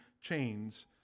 chains